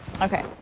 Okay